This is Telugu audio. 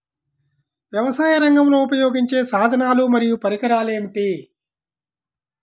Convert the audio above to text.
వ్యవసాయరంగంలో ఉపయోగించే సాధనాలు మరియు పరికరాలు ఏమిటీ?